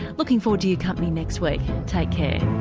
looking forward to your company next week. take care